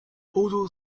although